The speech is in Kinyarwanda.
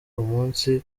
umunsi